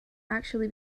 actually